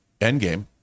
Endgame